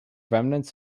remnants